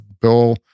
Bill